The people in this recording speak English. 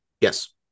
Yes